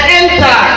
enter